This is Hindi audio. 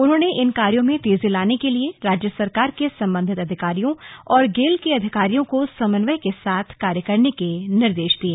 उन्होंने इन कार्यो में तेजी लाने के लिए राज्य सरकार के संबंधित अधिकारियों और गेल के अधिकारियों को समन्वय के साथ कार्य करने के निर्देश दिये